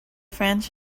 france